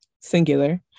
singular